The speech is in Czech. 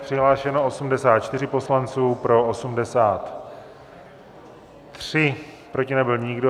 Přihlášeno 84 poslanců, pro 83, proti nebyl nikdo.